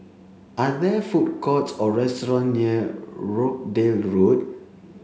are there food courts or restaurant near Rochdale Road